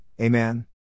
Amen